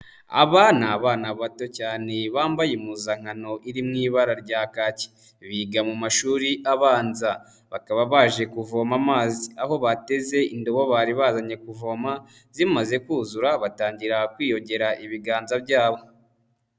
Aba ni abana bato cyane bambaye impuzankano iri mu ibara rya kaki, biga mu mashuri abanza bakaba baje kuvoma amazi, aho bateze indobo bari bazanye kuvoma zimaze kuzura batangira kwiyongera ibiganza byabo.